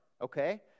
okay